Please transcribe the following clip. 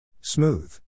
Smooth